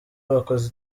bakoze